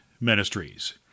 Ministries